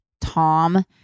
Tom